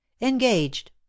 engaged